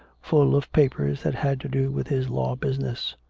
full of papers that had to do with his law business.